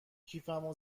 کیفمو